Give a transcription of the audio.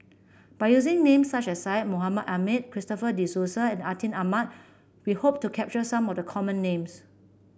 by using names such as Syed Mohamed Ahmed Christopher De Souza and Atin Amat we hope to capture some of the common names